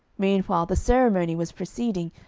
meanwhile the ceremony was proceeding,